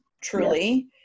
truly